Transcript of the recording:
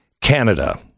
Canada